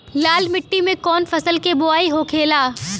लाल मिट्टी में कौन फसल के बोवाई होखेला?